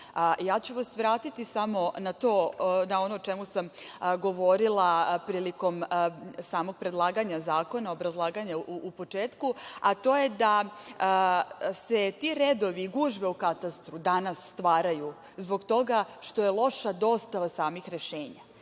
ću vas vratiti samo na ono o čemu sam govorila prilikom samog predlaganja zakona, obrazlaganja u početku, a to je da se ti redovi i gužve u katastru danas stvaraju zbog toga što je loša dostava samih rešenja. Znači,